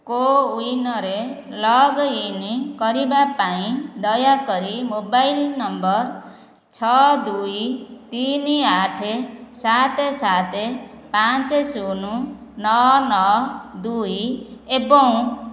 କୋୱିନ୍ରେ ଲଗ୍ଇନ୍ କରିବା ପାଇଁ ଦୟାକରି ମୋବାଇଲ୍ ନମ୍ବର୍ ଛଅ ଦୁଇ ତିନି ଆଠ ସାତ ସାତ ପାଞ୍ଚ ଶୂନ ନଅ ନଅ ଦୁଇ ଏବଂ